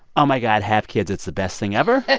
oh, my god have kids it's the best thing ever.